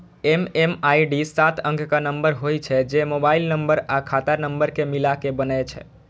MMID सात अंकक number होइ छै, जे मोबाइल नंबर आ खाता नंबर कें मिलाके बनै छै